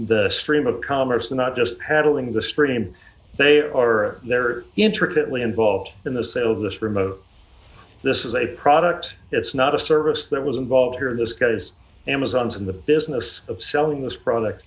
the stream of commerce not just paddling in the stream they are there are intricately involved in the sale of this remote this is a product it's not a service that was involved here this guy just amazon's in the business of selling this product